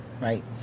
Right